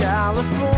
California